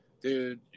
dude